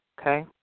okay